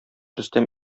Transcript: рөстәм